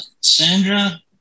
Sandra